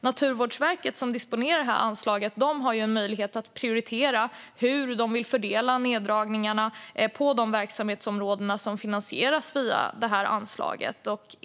Naturvårdsverket, som disponerar anslaget, har möjlighet att prioritera hur de vill fördela neddragningarna på de verksamhetsområden som finansieras via anslaget.